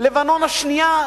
לבנון השנייה,